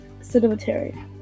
cemetery